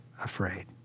afraid